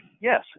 Yes